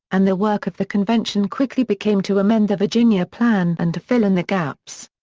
and the work of the convention quickly became to amend the virginia plan and to fill in the gaps.